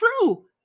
true